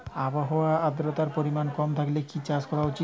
আবহাওয়াতে আদ্রতার পরিমাণ কম থাকলে কি চাষ করা উচিৎ?